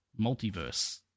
multiverse